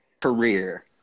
career